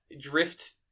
Drift